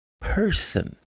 person